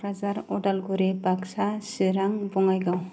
Kokrajhar Udalguri Baksa Chirang Bongaigaon